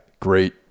great